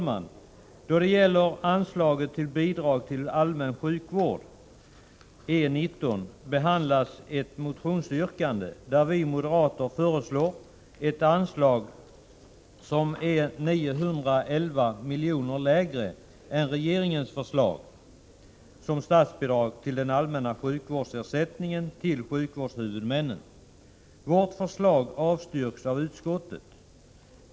Under punkten E 19 Bidrag till allmän sjukvård m.m. behandlas ett motionsyrkande, där vi moderater föreslår ett anslag, som är 911 milj.kr. lägre än regeringens förslag, såsom statsbidrag till den allmänna sjukvårdsersättningen till sjukvårdshuvudmännen. Vårt förslag avstyrks av utskottet.